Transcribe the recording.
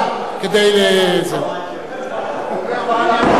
אני יכול לענות לאורי אריאל בינתיים?